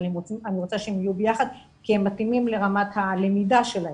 אבל אני רוצה שהם יהיו ביחד כי הם מתאימים לרמת הלמידה שלהם.